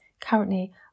currently